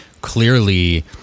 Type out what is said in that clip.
clearly